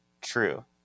true